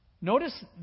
Notice